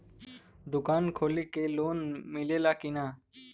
दुकान खोले के लोन मिलेला का?